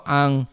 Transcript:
ang